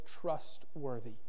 trustworthy